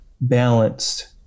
balanced